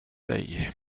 dig